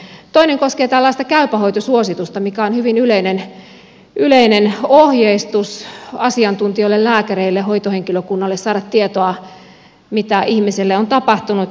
toinen koskee tällaista käypä hoito suositusta mikä on hyvin yleinen ohjeistus asiantuntijoille lääkäreille hoitohenkilökunnalle saada tietoa siitä mitä ihmiselle on tapahtunut